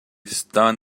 stunned